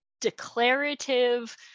declarative